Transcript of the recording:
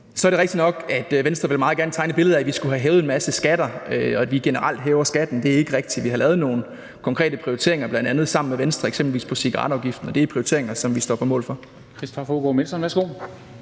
Så er det rigtigt nok, at Venstre meget gerne vil tegne et billede af, at vi skulle have hævet en masse skatter, og at vi generelt hæver skatten. Det er ikke rigtigt. Vi har lavet nogle konkrete prioriteringer – bl.a. sammen med Venstre, eksempelvis i forbindelse med cigaretafgiften – og det er prioriteringer, som vi står på mål for.